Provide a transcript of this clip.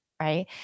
Right